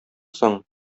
соң